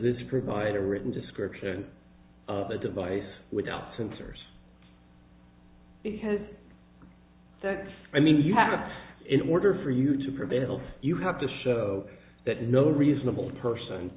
this provide a written description of the device without sensors because i mean you have in order for you to prevail you have to show that no reasonable person